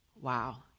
Wow